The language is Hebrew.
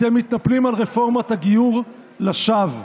אתם מתנפלים על רפורמת הגיור לשווא.